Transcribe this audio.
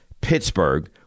Pittsburgh